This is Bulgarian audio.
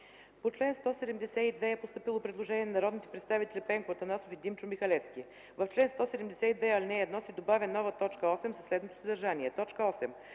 По чл. 172 е постъпило предложение на народните представители Пенко Атанасов и Димчо Михалевски: „В чл. 172, ал. 1 се добавя нова т. 8 със следното съдържание: